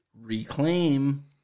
Reclaim